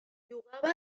jugava